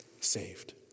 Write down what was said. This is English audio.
saved